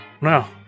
now